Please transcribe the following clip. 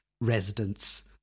residents